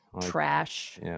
trash